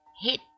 hit